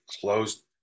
closed